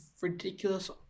ridiculous